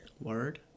Word